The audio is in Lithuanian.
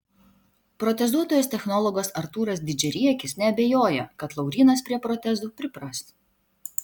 protezuotojas technologas artūras didžiariekis neabejoja kad laurynas prie protezų pripras